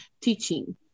teaching